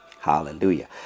Hallelujah